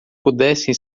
pudessem